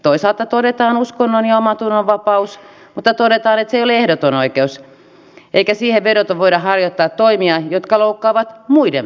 toisaalta todetaan uskonnon ja omantunnonvapaus mutta toisaalta todetaan että se ei ole ehdoton oikeus eikä siihen vedoten voida harjoittaa toimia jotka loukkaavat muiden perusoikeuksia